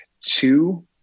two